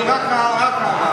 רק הערה: